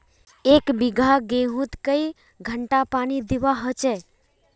एक बिगहा गेँहूत कई घंटा पानी दुबा होचए?